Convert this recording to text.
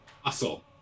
hustle